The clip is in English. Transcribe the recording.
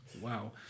wow